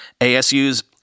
ASU's